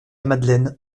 madeleine